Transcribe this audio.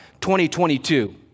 2022